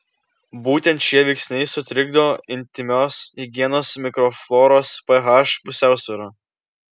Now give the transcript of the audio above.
būtent šie veiksniai sutrikdo intymios higienos mikrofloros ph pusiausvyrą